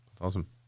awesome